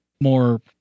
more